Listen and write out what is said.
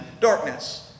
darkness